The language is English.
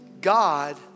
God